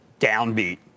Downbeat